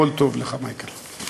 כל טוב לך, מייקל.